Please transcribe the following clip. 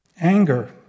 Anger